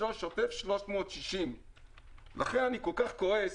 שוטף 360. לכן אני כל כך כועס,